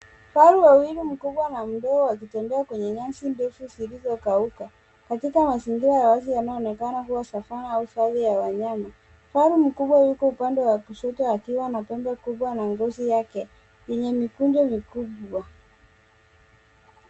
Vifaru wawili mkubwa na mdogo wakitembea kwenye nyasi ndefu zilizokauka katika mazingira ya wazi yanayoonekana kuwa savana au hali ya wanyama. Kifaru mkubwa yupo upande wa kushoto akiwa na pembe kubwa na ngozi yake yenye mikunjo mikubwa.